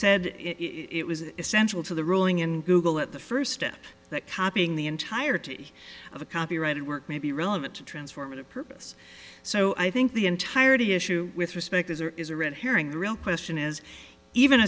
said it was essential to the ruling in google at the first step that copying the entirety of a copyrighted work may be relevant to transformative purpose so i think the entirety issue with respect is there is a red herring the real question is even